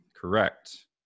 Correct